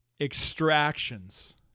extractions